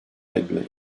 edilen